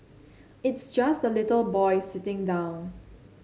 it's just a little boy sitting down